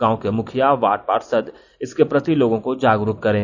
गांव के मुखिया वार्ड पार्षद इसके प्रति लोगों को जागरूक करें